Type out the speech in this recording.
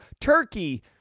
Turkey